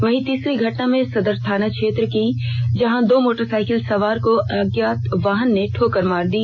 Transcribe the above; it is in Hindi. वहीं तीसरी घटना में सदर थाना क्षेत्र की है जहां दो मोटरसाइकिल सवार को अज्ञात वाहन ने ठोकर मार दी